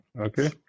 okay